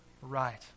right